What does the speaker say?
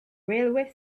railway